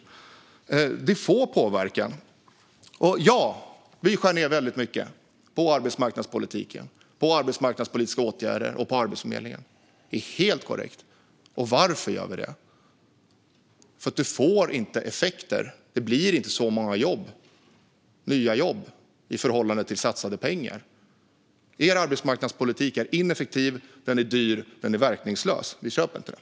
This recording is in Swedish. Ja, det är helt korrekt att vi skär ned väldigt mycket på arbetsmarknadspolitiken, på arbetsmarknadspolitiska åtgärder och på Arbetsförmedlingen. Och varför gör vi det? Därför att det inte får effekter. Det blir inte så många nya jobb i förhållande till satsade pengar. Er arbetsmarknadspolitik är ineffektiv, dyr och verkningslös. Vi köper den inte.